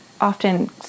often